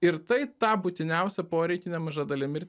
ir tai tą būtiniausią poreikį nemaža dalimi ir